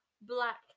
Black